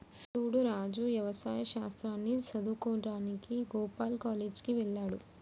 సూడు రాజు యవసాయ శాస్త్రాన్ని సదువువుకోడానికి గోపాల్ కాలేజ్ కి వెళ్త్లాడు